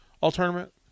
all-tournament